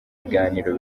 biganiro